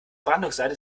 brandungsseite